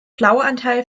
blauanteil